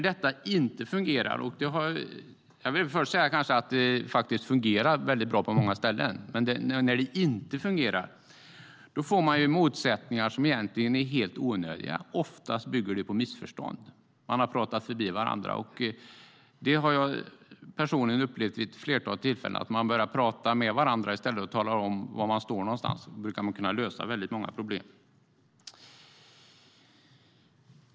Detta fungerar bra på många ställen, men när det inte fungerar får man motsättningar som egentligen är helt onödiga och som oftast bygger på missförstånd för att man har pratat förbi varandra. Jag har personligen vid ett flertal tillfällen upplevt att man, när man börjar prata med varandra och talar om var man står, brukar kunna lösa många problem.